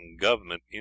government